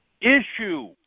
issue